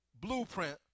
Blueprint